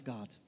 God